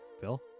Phil